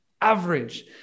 average